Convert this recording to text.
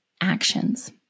actions